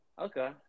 Okay